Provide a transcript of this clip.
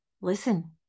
listen